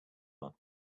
one